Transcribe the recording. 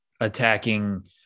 attacking